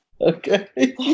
Okay